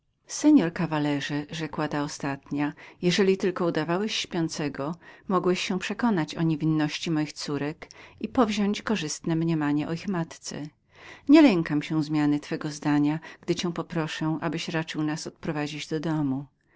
rzekła mi ta ostatnia jeżeli tylko udawałeś śpiącego mogłeś się przekonać o niewinności moich córek i powziąść korzystne mniemanie o ich matce nie lękam się zmiany twego zdania gdy cię poproszę abyś raczył nas odprowadzić do domu